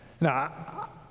Now